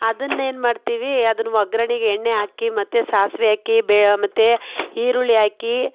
ಅದನ್ನೇನು ಮಾಡ್ತೀವಿ ಅದನ್ನ ಒಗ್ಗರಣೆಗೆ ಎಣ್ಣೆ ಹಾಕಿ ಮತ್ತು ಸಾಸಿವೆ ಹಾಕಿ ಬೇ ಮತ್ತು ಈರುಳ್ಳಿ ಹಾಕಿ